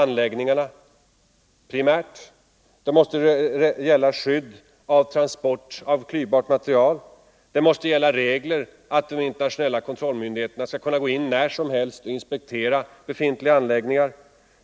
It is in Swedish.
försäljningen av anläggningarna, transporterna av klyvbart material samt även regler — av svensk atomför hur de internationella kontrollmyndigheterna skall kunna gå in och = krafisteknik till inspektera befintliga anläggningar.